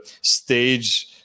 stage